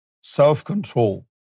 self-control